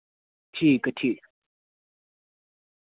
ठीक ठीक